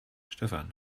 stefan